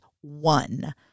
one